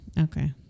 Okay